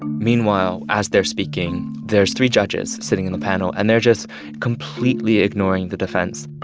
meanwhile, as they're speaking, there's three judges sitting in the panel. and they're just completely ignoring the defense.